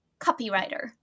copywriter